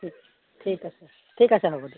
ঠিক ঠিক আছে ঠিক আছে হ'ব দিয়ক